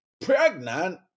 pregnant